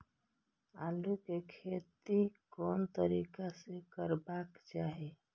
आलु के खेती कोन तरीका से करबाक चाही?